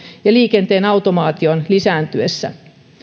ja liikenteen automaation lisääntyessä